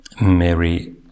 Mary